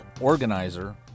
organizer